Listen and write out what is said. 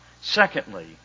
Secondly